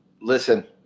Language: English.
listen